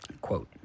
quote